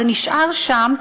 זה נשאר שם,